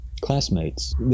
classmates